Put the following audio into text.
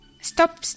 stop